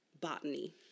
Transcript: botany